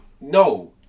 no